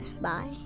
bye